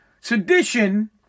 Sedition